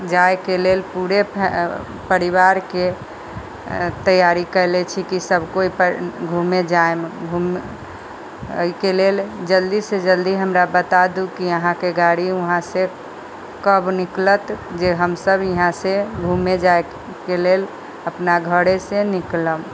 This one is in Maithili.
जायके लेल पूरे परिवार के तैयारी कैले छी की सब कोइ घूमे जायब एहिके लेल जल्दी से जल्दी हमरा बता दू की अहाँके गाड़ी वहाँ से कब निकलत जे हमसब इहाँ से घूमे जायके लेल अपना घरे से निकलब